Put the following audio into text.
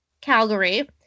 Calgary